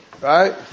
Right